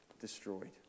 destroyed